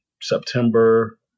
September